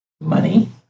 money